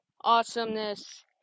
awesomeness